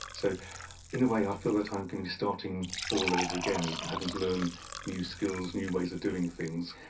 so in a way i feel that i'm going to be starting all over again, having to learn new skills, new ways of doing things.